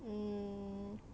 um